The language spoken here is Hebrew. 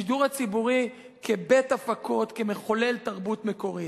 השידור הציבורי כבית הפקות, כמחולל תרבות מקורית.